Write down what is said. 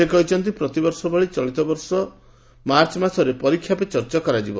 ସେ କହିଛନ୍ତି ପ୍ରତିବର୍ଷ ଭଳି ଚଳିତବର୍ଷ ମାର୍ଚ ମାସରେ 'ପରୀକ୍ଷା ପେ ଚର୍ଚ୍ଚା' କରାଯିବ